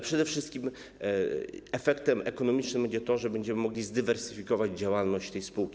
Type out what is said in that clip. Przede wszystkim efektem ekonomicznym będzie to, że będziemy mogli zdywersyfikować działalność tej spółki.